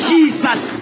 Jesus